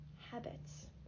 habits